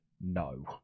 No